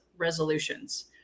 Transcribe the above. resolutions